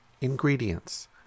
ingredients